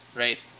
right